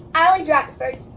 alie drackford.